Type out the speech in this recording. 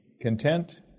content